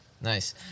Nice